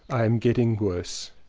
i am getting worse.